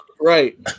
Right